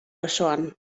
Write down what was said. osoan